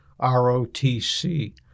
ROTC